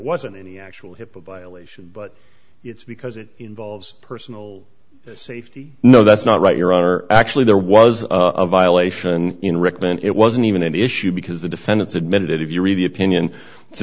wasn't any actual hipaa violation but it's because it involves personal no that's not right your honor actually there was a violation in richmond it wasn't even an issue because the defendants admitted it if you read the opinion